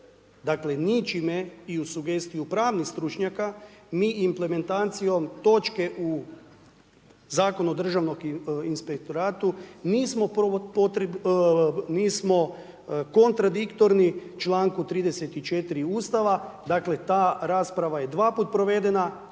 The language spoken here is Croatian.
Dakle, ničime i uz sugestiju pravnih stručnjaka mi implementacijom točke u Zakonu o državnom inspektoratu nismo kontradiktorni čl. 34. Ustava, dakle, ta rasprava je dva puta provedena,